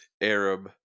Arab